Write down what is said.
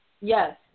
Yes